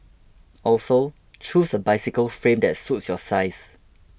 also choose a bicycle frame that suits your size